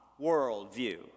worldview